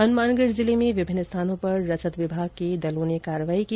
हनुमानगढ़ जिले में विभिन्न स्थानों पर रसद विभाग के दल ने कार्रवाई की